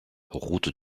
route